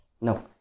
No